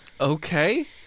Okay